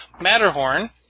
Matterhorn